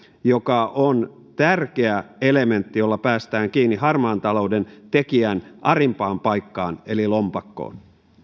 joka on tärkeä elementti jolla päästään kiinni harmaan talouden tekijän arimpaan paikkaan eli lompakkoon